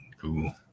Google